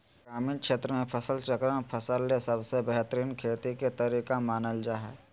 ग्रामीण क्षेत्र मे फसल चक्रण फसल ले सबसे बेहतरीन खेती के तरीका मानल जा हय